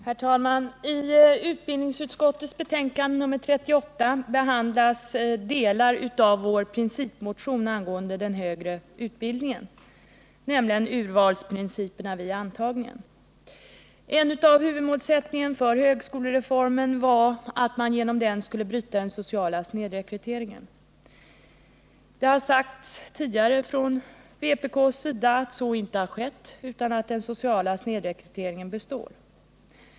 Herr talman! I utbildningsutskottets betänkande nr 38 behandlas delar av vår principmotion angående den högre utbildningen, nämligen urvalsprinciperna för antagningen. En av huvudmålsättningarna för högskolereformen var att man genom den skulle bryta den sociala snedrekryteringen. Det har sagts tidigare från vpk:s sida att så inte har skett, utan att den sociala snedrekryteringen består.